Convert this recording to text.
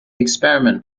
experiment